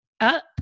Up